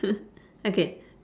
okay